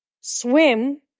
swim